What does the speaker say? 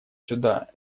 сюда